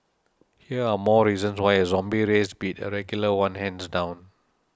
here are more reasons why a zombie race beat a regular one hands down